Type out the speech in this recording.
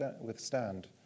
withstand